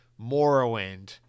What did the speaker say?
Morrowind